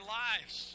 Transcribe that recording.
lives